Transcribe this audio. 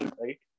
right